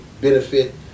benefit